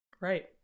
Right